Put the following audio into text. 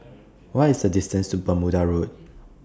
What IS The distance to Bermuda Road